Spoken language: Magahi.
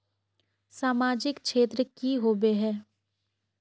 सामाजिक क्षेत्र की होबे है?